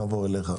נעבור אליך.